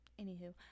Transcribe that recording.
Anywho